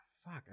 Fuck